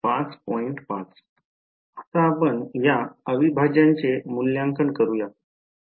आता आपण या अविभाजांचे मूल्यांकन करूया